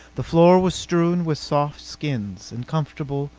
the floor was strewn with soft skins, and comfortable,